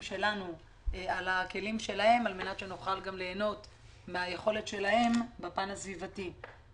שלנו על הכלים שלהם על מנת שנוכל ליהנות מהיכולת שלהם בפן הסביבתי.